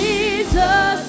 Jesus